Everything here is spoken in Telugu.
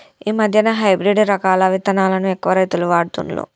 ఈ మధ్యన హైబ్రిడ్ రకాల విత్తనాలను ఎక్కువ రైతులు వాడుతుండ్లు